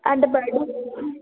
అంత బరువు